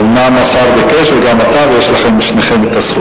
אומנם השר ביקש, וגם אתה, ויש לשניכם זכות.